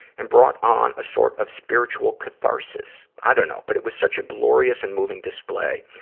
and brought on a sort of spiritual catharsis. i dunno, but it was such a glorious and moving display.